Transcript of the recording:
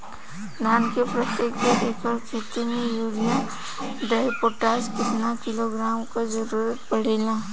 धान के प्रत्येक दो एकड़ खेत मे यूरिया डाईपोटाष कितना किलोग्राम क जरूरत पड़ेला?